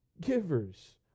givers